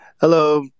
Hello